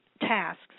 tasks